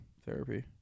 therapy